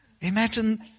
Imagine